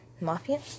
Mafia